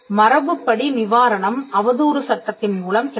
மரபுப்படி நிவாரணம் அவதூறு சட்டத்தின் மூலம் கிடைக்கும்